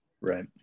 Right